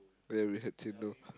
ya we had chendol